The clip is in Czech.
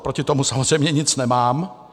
Proti samozřejmě nic nemám.